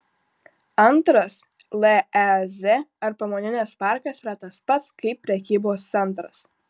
antras lez ar pramoninis parkas yra tas pats kaip prekybos centras